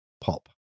Pop